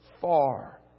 far